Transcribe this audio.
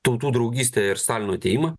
tautų draugystę ir stalino atėjimą